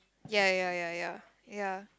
ya ya ya ya ya